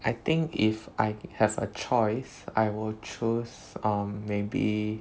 I think if I have a choice I will choose err maybe